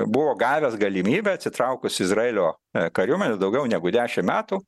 buvo gavęs galimybę atsitraukus izraelio kariuomenės daugiau negu dešimt metų